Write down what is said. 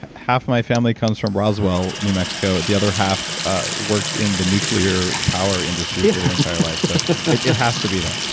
half of my family comes from roswell, new mexico the other half ah worked in the nuclear power industry their entire lives, so it has to be that.